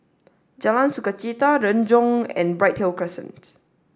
Jalan Sukachita Renjong and Bright Hill Crescent